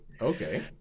Okay